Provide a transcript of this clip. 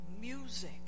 music